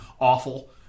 awful